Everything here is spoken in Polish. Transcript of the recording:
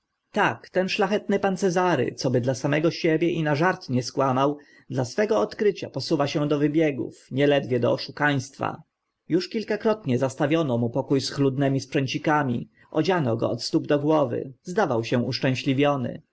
ten szlachetny pan cezary co by dla samego siebie i na żart nie skłamał dla swo ego odkrycia posuwa się do wybiegów nieledwie do oszukaństwa już kilkakrotnie zastawiono mu pokó schludnymi sprzęcikami odziano go od stóp do głowy zdawał się uszczęśliwiony